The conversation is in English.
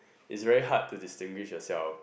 is a very hard to distinguish yourself